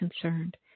concerned